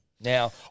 Now